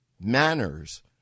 manners